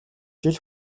жил